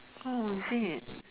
mm is it